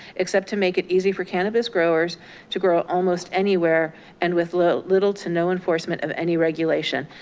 except to make it easy for cannabis growers to grow almost anywhere and with little little to no enforcement of any regulation.